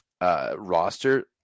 roster